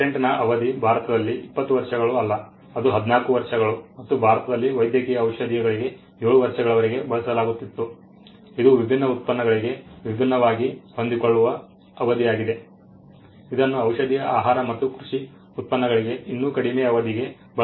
ಪೇಟೆಂಟ್ನ ಅವಧಿ ಭಾರತದಲ್ಲಿ 20 ವರ್ಷಗಳು ಅಲ್ಲ ಅದು 14 ವರ್ಷಗಳು ಮತ್ತು ಭಾರತದಲ್ಲಿ ವೈದ್ಯಕೀಯ ಔಷಧೀಯಗಳಿಗೆ 7 ವರ್ಷಗಳವರೆಗೆ ಬಳಸಲಾಗುತ್ತಿತ್ತು ಇದು ವಿಭಿನ್ನ ಉತ್ಪನ್ನಗಳಿಗೆ ವಿಭಿನ್ನವಾಗಿ ಹೊಂದಿಕೊಳ್ಳುವ ಅವಧಿ ಆಗಿದೆ ಇದನ್ನು ಔಷಧೀಯ ಆಹಾರ ಮತ್ತು ಕೃಷಿ ಉತ್ಪನ್ನಗಳಿಗೆ ಇನ್ನೂ ಕಡಿಮೆ ಅವಧಿಗೆ ಬಳಸಲಾಗುತ್ತದೆ